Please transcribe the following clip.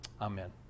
Amen